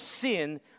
sin